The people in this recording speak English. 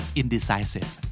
indecisive